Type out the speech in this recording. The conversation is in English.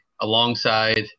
alongside